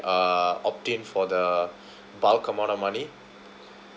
uh obtain for the bulk amount of money